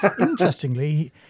interestingly